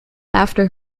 after